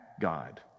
God